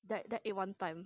then eat one time